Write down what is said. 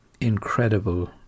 incredible